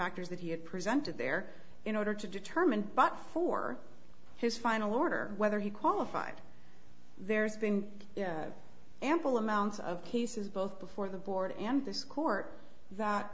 factors that he had presented there in order to determine but for his final order whether he qualified there's been ample amounts of cases both before the board and this court that